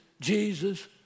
Jesus